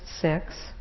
six